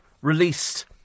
released